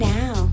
now